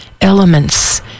elements